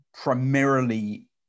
primarily